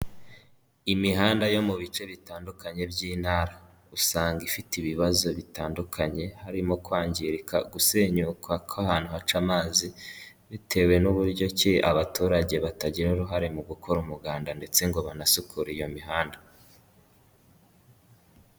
Imihanda yo mu bice bitandukanye by'intara, usanga ifite ibibazo bitandukanye harimo kwangirika, gusenyuka kw'ahantu haca amazi, bitewe n'uburyo ki abaturage batagira uruhare mu gukora umuganda ndetse ngo banasukura iyo mihanda.